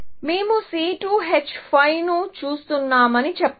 మేము C5H12 ను చూస్తున్నామని చెప్పండి